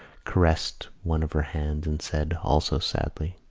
caressed one of her hands and said, also sadly